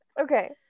okay